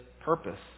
purpose